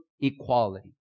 equality